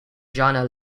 genre